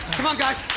come on guys,